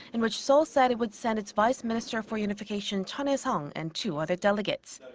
in which seoul said it would send its vice minister for unification, chun hae-sung, and two other delegates.